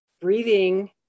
Breathing